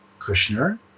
Kushner